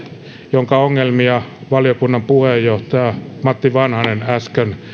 jonka ongelmia valiokunnan puheenjohtaja matti vanhanen äsken